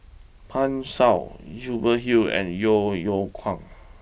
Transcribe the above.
Pan Shou Hubert Hill and Yeo Yeow Kwang